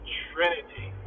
trinity